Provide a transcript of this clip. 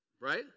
Right